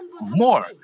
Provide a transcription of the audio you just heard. more